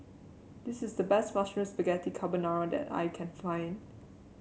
this is the best Mushroom Spaghetti Carbonara that I can find